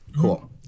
cool